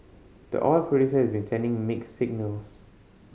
the oil producer has been sending mixed signals